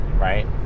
right